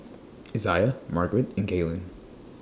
Izaiah Margarete and Gaylen